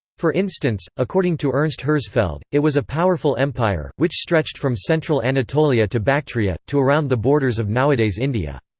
for instance, according to ernst herzfeld, it was a powerful empire, which stretched from central anatolia to bactria, to around the borders of nowadays india.